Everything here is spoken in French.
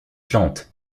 plantes